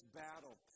battle